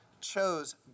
chose